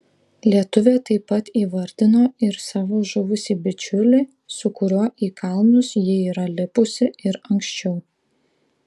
lietuvė taip pat įvardino ir savo žuvusį bičiulį su kuriuo į kalnus ji yra lipusi ir anksčiau